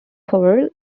perl